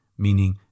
meaning